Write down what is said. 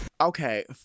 Okay